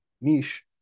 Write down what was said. niche